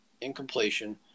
incompletion